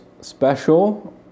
special